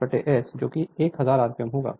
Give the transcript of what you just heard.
और S n S n a n S होगा